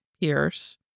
Pierce